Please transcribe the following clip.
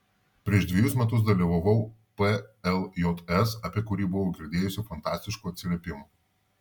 prieš dvejus metus dalyvavau pljs apie kurį buvau girdėjusi fantastiškų atsiliepimų